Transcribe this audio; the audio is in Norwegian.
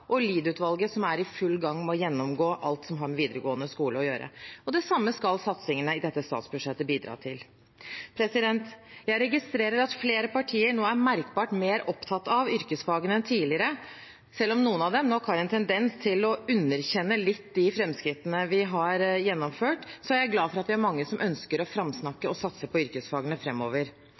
og Lied-utvalget, som er i full gang med å gjennomgå alt som har med videregående skole å gjøre. Det samme skal satsingene i dette statsbudsjettet bidra til. Jeg registrerer at flere partier nå er merkbart mer opptatt av yrkesfagene enn tidligere. Selv om noen av dem nok har en tendens til å underkjenne litt de framskrittene vi har gjennomført, er jeg glad for at vi er mange som ønsker å framsnakke og satse på yrkesfagene